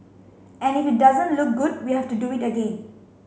and if it doesn't look good we have to do it again